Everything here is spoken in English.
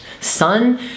sun